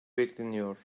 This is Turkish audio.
bekleniyor